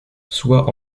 soit